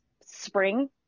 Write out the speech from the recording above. spring